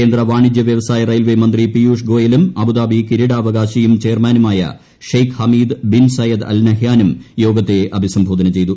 കേന്ദ്ര വാണിജ്യ വ്യവസായ റെയിൽവേ മന്ത്രി പീയുഷ് ഗോയലും അബുദാബി കിരീടാവകാശിയും ചെയർമാനുമായ Sheikh Hamed bin Zayed Al നഹ്യാനും യോഗത്തെ അഭിസംബോധന ചെയ്തു